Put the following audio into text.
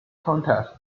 contest